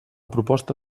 proposta